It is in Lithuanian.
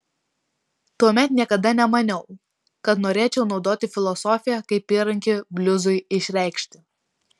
tuomet niekada nemaniau kad norėčiau naudoti filosofiją kaip įrankį bliuzui išreikšti